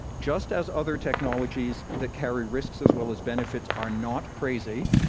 just as other technologies that carry risks as well as benefits are not crazy,